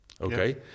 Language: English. Okay